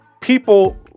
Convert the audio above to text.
People